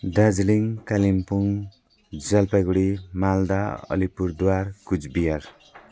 Darjeeling Kalimpong Jalpaiguri Malda Alipurduar Cooch Behar